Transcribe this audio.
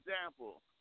example